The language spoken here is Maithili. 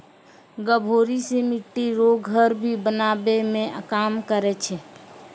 गभोरी से मिट्टी रो घर भी बनाबै मे काम करै छै